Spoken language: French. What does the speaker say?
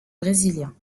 brésilien